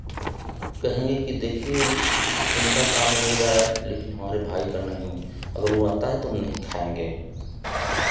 कहेंगे कि देखिए उनका काम हो जाए मगर हमारे भाई का नहीं हो अगर वो आता है तो हम नहीं खाएंगे